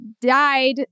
died